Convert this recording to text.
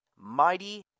mighty